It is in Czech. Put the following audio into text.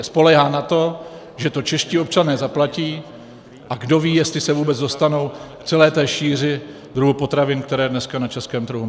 Spoléhá na to, že to čeští občané zaplatí, a kdo ví, jestli se vůbec dostanou v celé té šíři k druhu potravin, které dneska na českém trhu máme.